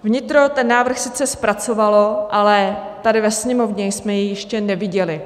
Vnitro ten návrh sice zpracovalo, ale tady ve Sněmovně jsme jej ještě neviděli.